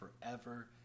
forever